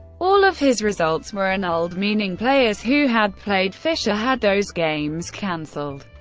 all of his results were annulled, meaning players who had played fischer had those games cancelled,